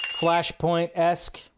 Flashpoint-esque